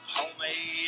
Homemade